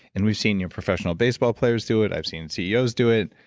and we've seen professional baseball players do it. i've seen ceos do it.